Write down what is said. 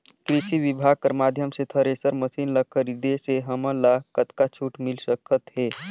कृषि विभाग कर माध्यम से थरेसर मशीन ला खरीदे से हमन ला कतका छूट मिल सकत हे?